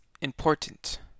important